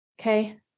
Okay